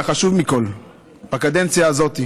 והחשוב מכול בקדנציה הזאת,